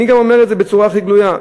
אני גם אומר את זה בצורה הכי גלויה: